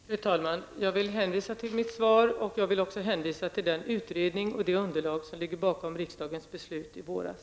Fru talman! Jag vill hänvisa till mitt svar, och jag vill också hänvisa till den utredning och det underlag som ligger bakom riksdagens beslut i våras.